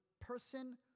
person